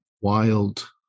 wild